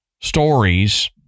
stories